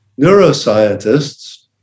neuroscientists